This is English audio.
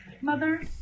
mother